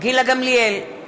גילה גמליאל,